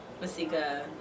Masika